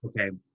Okay